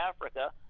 Africa